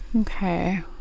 okay